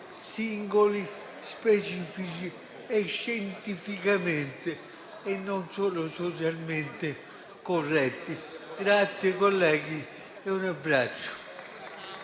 singoli, specifici e scientificamente corretti (non solo socialmente). Grazie, colleghi, e un abbraccio.